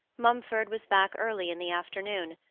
mumford was back early in the afternoon,